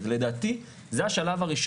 גילאי 29-20 67%. 67%?